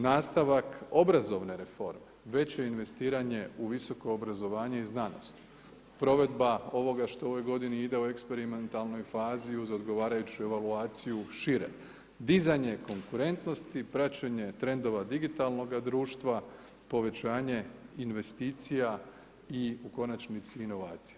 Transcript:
Nastavak obrazovne reforme veće investiranje u visoko obrazovanje i znanost, provedba ovoga što u ovoj godini ide u eksperimentalnoj fazi uz odgovarajuću evaluaciju šire, dizanje konkurentnosti, praćenje trendova digitalnoga društva, povećanje investicija i u konačnici inovacija.